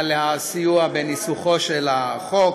על הסיוע בניסוחו של החוק,